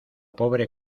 pobre